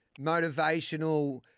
motivational